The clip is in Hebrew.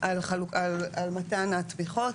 על מתן התמיכות.